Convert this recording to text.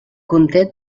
conté